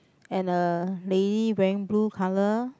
and a lady wearing blue colour